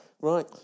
Right